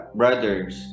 brothers